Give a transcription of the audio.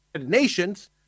Nations